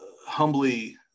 humbly